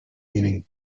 meaning